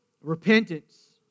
Repentance